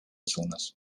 suunas